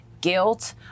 guilt